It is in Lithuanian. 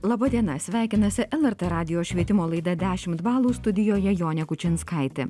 laba diena sveikinasi lrt radijo švietimo laida dešimt balų studijoje jonė kučinskaitė